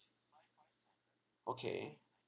okay